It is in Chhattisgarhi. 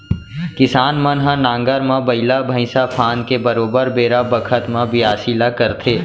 किसान मन ह नांगर म बइला भईंसा फांद के बरोबर बेरा बखत म बियासी ल करथे